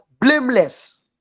blameless